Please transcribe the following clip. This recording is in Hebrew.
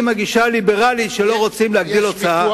יש ויכוח עם הגישה הליברלית שלא רוצים להגדיל הוצאה,